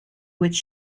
which